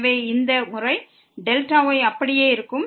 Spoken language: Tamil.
எனவே இந்த முறை Δy அப்படியே இருக்கும்